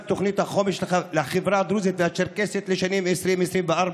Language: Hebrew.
תוכנית החומש לחברה הדרוזית והצ'רקסית לשנים 2020 2024,